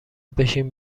بشین